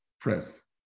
Press